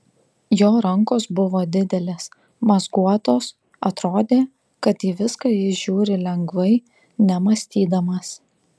jo rankos buvo didelės mazguotos atrodė kad į viską jis žiūri lengvai nemąstydamas